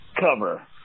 cover